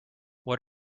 what